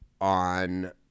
on